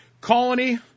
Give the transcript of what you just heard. Colony